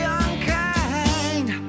unkind